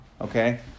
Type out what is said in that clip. Okay